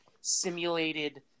simulated